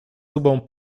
tubą